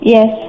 Yes